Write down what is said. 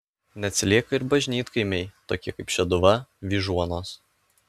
neatsilieka ir bažnytkaimiai tokie kaip šeduva vyžuonos